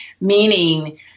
meaning